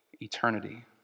eternity